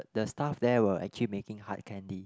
the staff there were actually making hard candy